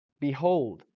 Behold